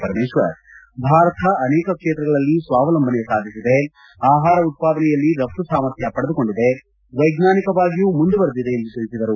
ಪರಮೇಶ್ವರ್ ಭಾರತ ಅನೇಕ ಕ್ಷೇತ್ರಗಳಲ್ಲಿ ಸ್ವಾವಂಲಂಬನೆ ಸಾಧಿಸಿದೆ ಆಹಾರ ಉತ್ಪಾದನೆಯಲ್ಲಿ ರಪ್ತು ಸಾಮಾರ್ಥ್ಯ ಪಡೆದುಕೊಂಡಿದೆ ವೈಜ್ಞಾನಿಕವಾಗಿಯೂ ಮುಂದುವರೆದಿದೆ ಎಂದು ತಿಳಿಸಿದರು